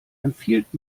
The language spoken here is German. empfiehlt